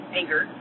anger